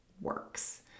works